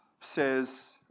says